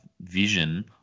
vision